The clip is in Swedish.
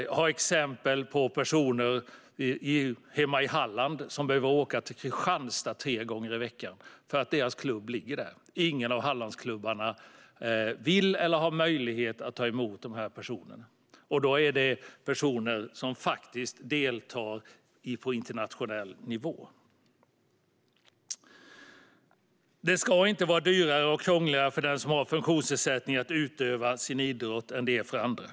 Jag har exempel på personer i mitt hemlän Halland som behöver åka till Kristianstad tre gånger i veckan för att deras klubb ligger där. Ingen av Hallandsklubbarna vill eller har möjlighet att ta emot de här personerna - och det är personer som deltar på internationell nivå. Det ska inte vara dyrare eller krångligare för den som har funktionsnedsättning att utöva sin idrott än det är för andra.